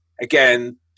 again